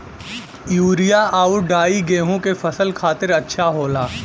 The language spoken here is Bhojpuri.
यूरिया आउर डाई गेहूं के फसल खातिर अच्छा होला